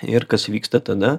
ir kas vyksta tada